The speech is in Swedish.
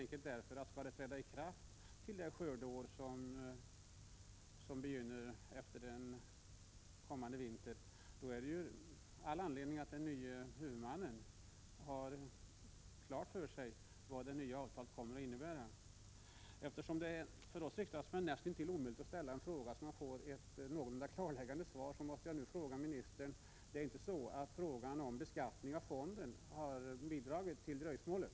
Det är inte enbart av okynne jag ställer denna fråga, utan det är helt enkelt därför att den nye huvudmannen måste få klart för sig vad det nya avtalet kommer att innebära om det skall träda i kraft nästa skördeår. Det är nästintill omöjligt för oss riksdagsmän att ställa frågor som vi får någorlunda klarläggande svar på. Jag måste ändå fråga jordbruksministern om det är frågan om beskattning av fonden som har bidragit till dröjsmålet.